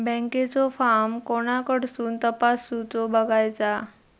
बँकेचो फार्म कोणाकडसून तपासूच बगायचा?